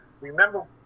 remember